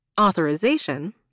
Authorization